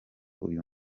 uyu